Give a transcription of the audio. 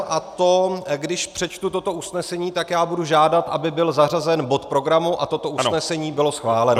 A to, když přečtu toto usnesení, tak budu žádat, aby byl zařazen bod programu a toto usnesení bylo schváleno.